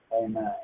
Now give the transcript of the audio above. Amen